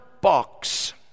box